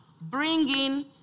bringing